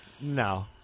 No